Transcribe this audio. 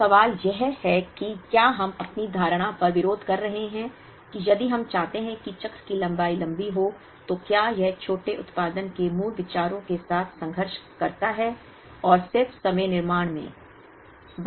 तो सवाल यह है कि क्या हम अपनी धारणा पर विरोध कर रहे हैं कि यदि हम चाहते हैं कि चक्र की लंबाई लंबी हो तो क्या यह छोटे उत्पादन के मूल विचारों के साथ संघर्ष करता है और सिर्फ समय निर्माण में